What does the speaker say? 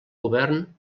govern